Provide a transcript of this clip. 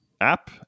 app